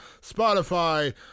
Spotify